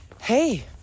hey